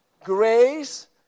grace